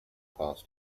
past